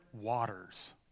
waters